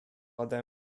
ode